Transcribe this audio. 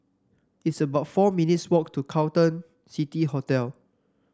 it's about four minutes' walk to Carlton City Hotel